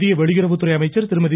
மத்திய வெளியுறவுத்துறை அமைச்சர் திருமதி